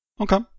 okay